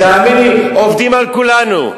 תאמיני לי, עובדים על כולנו.